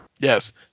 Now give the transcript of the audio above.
Yes